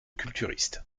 culturiste